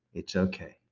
it's okay.